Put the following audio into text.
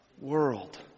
world